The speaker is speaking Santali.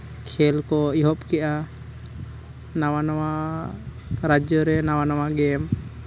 ᱠᱷᱮᱹᱞ ᱠᱚ ᱮᱦᱚᱵ ᱠᱮᱫᱼᱟ ᱱᱟᱣᱟ ᱱᱟᱣᱟ ᱨᱟᱡᱽᱡᱚ ᱨᱮ ᱱᱟᱣᱟ ᱱᱟᱣᱟ ᱜᱮᱹᱢ